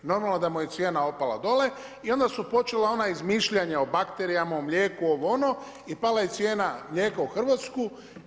I normalno da mu je cijena opala dole i onda su počela ona izmišljanja o bakterijama, o mlijeku, ovo, ono i pala je cijena mlijeka u Hrvatskoj.